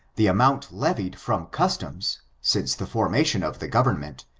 the amount levied from customs, since the formation of the government,